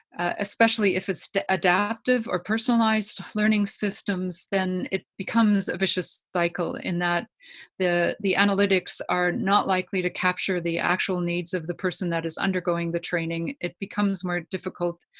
especially if it's adaptive or personalized learning systems, then it becomes a vicious cycle in that the the analytics are not likely to capture the actual needs of the person that is undergoing the training. it becomes more difficult.